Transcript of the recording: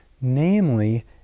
namely